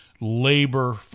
labor